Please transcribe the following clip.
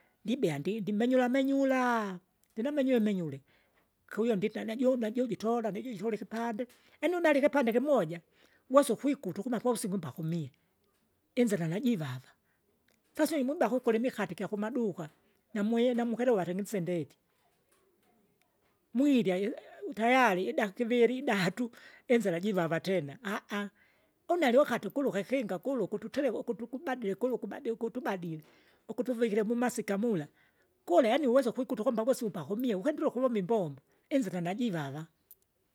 Ndibea ndindi menyura menyura, ndina menyure menyure, kuiyo ndinda nujume jujitola nijitola ikipande, yaani unalike kipaaande kimoja, wosa ukwikuta ukuma pausiku mbakumie inzira najivava, najivava, sasa imuba kukuli imikate ikyakumaduka namwi namukilivale ng'isi indeti, mwirya idakika iviri idatu, inira jivava tena une aliwakati kuluke ikikinga kulu ukutereka ukutukubadili kulu ukubadili ukutubadile. Ukutuvikire mumasika mula, gule yaani yaani uweso ukwikuta kwamba bosi upakomie, ukwendelea ukuvomba imbombo, inzira najivava.